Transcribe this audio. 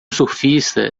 surfista